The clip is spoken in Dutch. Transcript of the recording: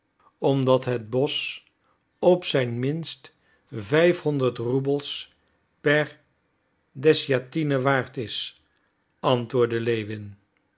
omdat het bosch op zijn minst vijf honderd roebels per desjatine waard is antwoordde lewin